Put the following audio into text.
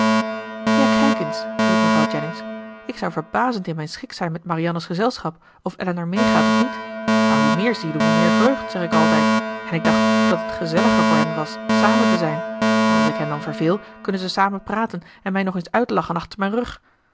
ja kijk eens riep mevrouw jennings ik zou verbazend in mijn schik zijn met marianne's gezelschap of elinor meegaat of niet maar hoe meer zielen hoe meer vreugd zeg ik altijd en ik dacht dat het gezelliger voor hen was samen te zijn want als ik hen dan verveel kunnen ze samen praten en mij nog eens uitlachen achter mijn rug